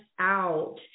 out